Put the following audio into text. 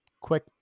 quick